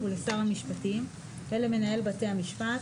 לשר המשפטים ולמנהל בתי המשפט,